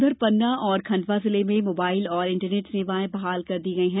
उधर पन्ना और खंडवा जिले में मोबाइल और इंटरनेट सेवाएं बहाल कर दी गई हैं